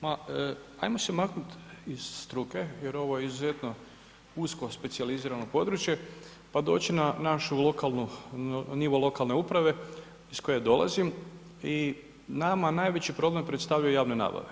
Ma hajmo se maknuti iz struke jer ovo je izuzetno usko specijalizirano područje pa doći na našu lokalnu u nivo lokalne uprave iz koje dolazim i nama najveći problem predstavljaju javne nabave.